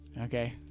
Okay